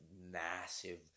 massive